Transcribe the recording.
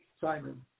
Simon